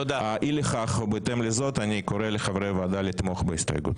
אי ולכך ובהתאם לזאת אני קורא לחברי הוועדה לתמוך בהסתייגות.